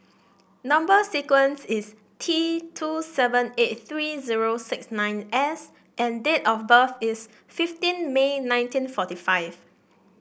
number sequence is T two seven eight three zero six nine S and date of birth is fifteen May nineteen forty five